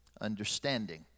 understanding